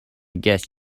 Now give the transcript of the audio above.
guess